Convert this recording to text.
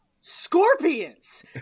scorpions